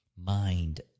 mind